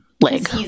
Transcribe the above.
leg